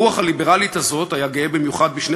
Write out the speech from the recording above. ברוח הליברלית הזאת הוא היה גאה במיוחד בשני